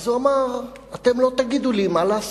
אז הוא אמר: אתם לא תגידו לי מה לעשות.